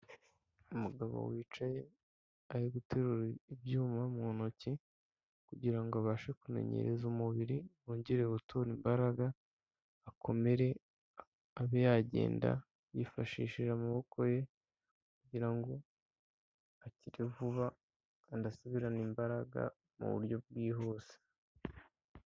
Umugabo wicaye ari guterura ibyuma mu ntoki kugira ngo abashe kumenyereza umubiri wongere gutora imbaraga, akomere abe yagenda yifashishije amaboko ye, kugira ngo akire vuba kandi asubirane imbaraga mu buryo bwihuse.